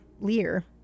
Lear